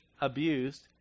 abused